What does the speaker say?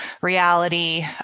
reality